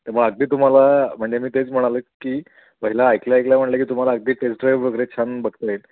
त्यामुळे अगदी तुम्हाला म्हणजे तेच म्हणालं की पहिला ऐकलं ऐकलं म्हटलं की तुम्हाला अगदी टेस्ट ड्राईव वगैरे छान बघता येईल